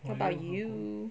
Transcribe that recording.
what about you